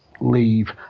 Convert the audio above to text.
leave